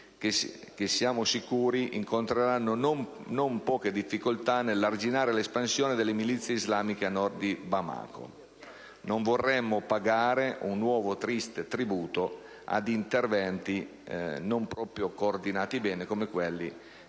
che siamo sicuri incontreranno non poche difficoltà nell'arginare l'espansione delle milizie islamiste a nord di Bamako. Non vorremmo pagare un nuovo, triste, tributo ad interventi non proprio bene coordinati, come quelli